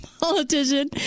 politician